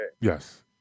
Yes